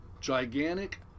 gigantic